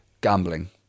gambling